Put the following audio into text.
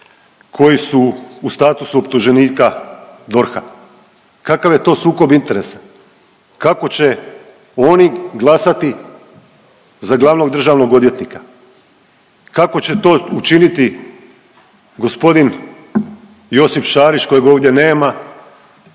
koji su u statusu optuženika DORH-a, kakav je to sukob interesa, kako će oni glasati za glavnog državnog odvjetnika, kako će to učiniti g. Josip Šarić kojeg ovdje nema,